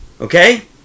Okay